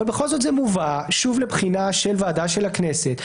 אבל בכל זאת זה מובא שוב לבחינה של ועדה של הכנסת.